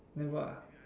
never